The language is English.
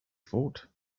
thought